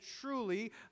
truly